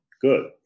good